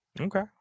Okay